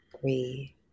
three